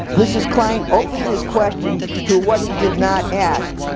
mrs. klein opened his question through what he did not ask.